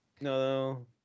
no